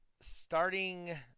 starting